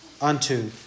unto